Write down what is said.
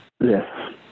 Yes